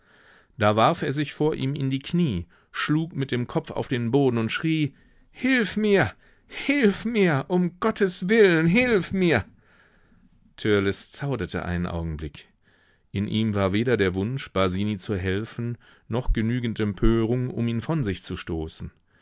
da warf er sich vor ihm in die knie schlug mit dem kopf auf den boden und schrie hilf mir hilf mir um gottes willen hilf mir törleß zauderte einen augenblick in ihm war weder der wunsch basini zu helfen noch genügend empörung um ihn von sich zu stoßen